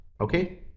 Okay